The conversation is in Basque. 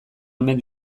omen